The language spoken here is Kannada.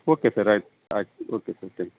ಓಕೆ ಸರ್ ಆಯ್ತು ಆಯ್ತು ಓಕೆ ಸರ್ ತ್ಯಾಂಕ್